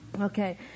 Okay